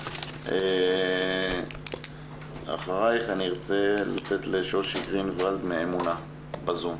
אני ארצה לתת לשושי גרינוולד מאמונה, בזום.